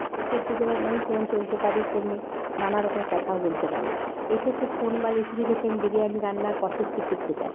সেক্ষেত্রে যেমন আমি তেমন চলতে পারি তেমনি নানারকম কথাও বলতে পারি এক্ষেত্রে ফোন বা রেসিপি দেখে আমি বিরিয়ানি রান্নার প্রসেসটা শিখতে চাই